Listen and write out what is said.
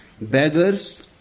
Beggars